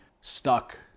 stuck